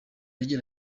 agira